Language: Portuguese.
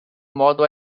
modo